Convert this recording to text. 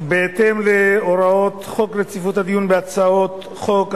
בהתאם להוראות חוק רציפות הדיון בהצעות חוק,